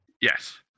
Yes